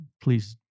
please